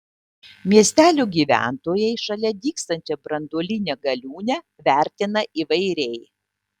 miestelio gyventojai šalia dygstančią branduolinę galiūnę vertina įvairiai